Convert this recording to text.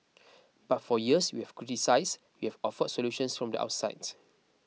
but for years you have criticised you have offered solutions from the outsides